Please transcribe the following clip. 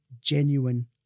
genuine